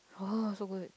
oh so good